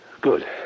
Good